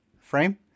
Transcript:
frame